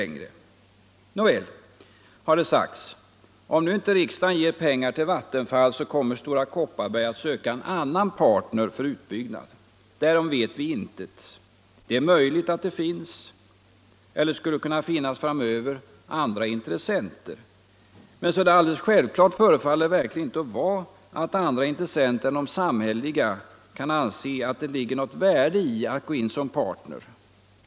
Nåväl — har det sagts — om nu inte riksdagen ger pengar till Vattenfall, kommer Stora Kopparberg att söka en annan partner för utbyggnad. Därom vet jag intet. Det är möjligt att det finns eller framöver skulle finnas andra intressenter. Men alldeles självklart förefaller det inte vara att andra intressenter än de samhälleliga kan anse att det ligger något värde i att gå in som partner.